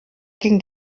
ging